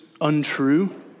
untrue